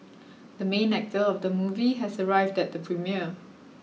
the main actor of the movie has arrived at the premiere